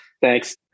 Thanks